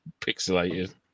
pixelated